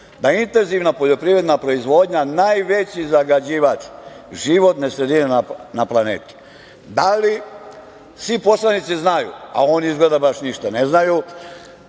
Intenzivna poljoprivredna proizvodnja je najveći zagađivač životne sredine na planeti. Da li znaju, svi poslanici znaju, a oni izgleda baš ništa ne znaju,